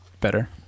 better